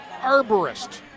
arborist